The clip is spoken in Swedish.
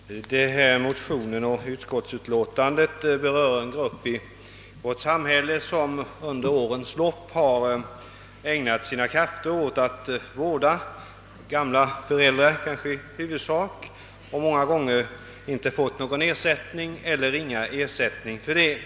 Herr talman! Föreliggande motion och utskottsutlåtande berör en grupp i vårt samhälle, som under årens lopp har ägnat sina krafter åt att vårda gamla människor, i huvudsak kanske föräldrar. De har många gånger inte fått någon ersättning eller i varje fall ringa ersättning för sitt arbete.